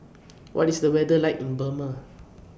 What IS The weather like in Burma